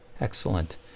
excellent